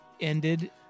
ended